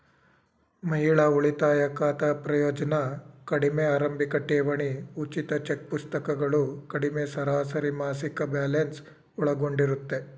ಮಹಿಳಾ ಉಳಿತಾಯ ಖಾತೆ ಪ್ರಯೋಜ್ನ ಕಡಿಮೆ ಆರಂಭಿಕಠೇವಣಿ ಉಚಿತ ಚೆಕ್ಪುಸ್ತಕಗಳು ಕಡಿಮೆ ಸರಾಸರಿಮಾಸಿಕ ಬ್ಯಾಲೆನ್ಸ್ ಒಳಗೊಂಡಿರುತ್ತೆ